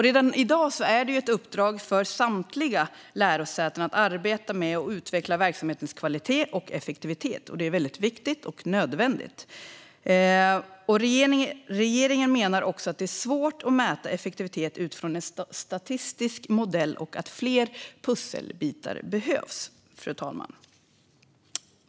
Redan i dag har samtliga lärosäten ett uppdrag att arbeta med och utveckla verksamhetens kvalitet och effektivitet, och det är viktigt och nödvändigt. Regeringen menar också att det är svårt att mäta effektivitet utifrån en statistisk modell och att fler pusselbitar behövs.